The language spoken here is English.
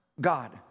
God